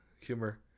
humor